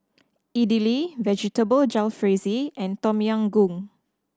Idili Vegetable Jalfrezi and Tom Yam Goong